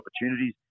opportunities